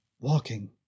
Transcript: walking